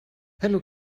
hello